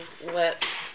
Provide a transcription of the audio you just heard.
let